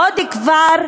עוד כפר,